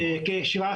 כ-17%.